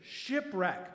Shipwreck